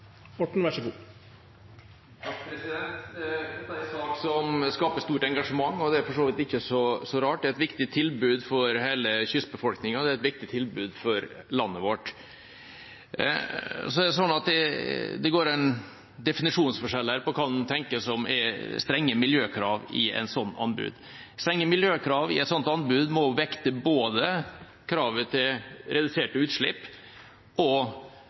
sak som skaper stort engasjement, og det er for så vidt ikke så rart. Det er et viktig tilbud for hele kystbefolkningen, det er et viktig tilbud for landet vårt. Det er en definisjonsforskjell her når det gjelder hva en tenker på som strenge miljøkrav i et slikt anbud. Strenge miljøkrav i et slikt anbud må vekte både kravet til reduserte utslipp og